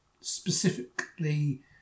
specifically